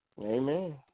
Amen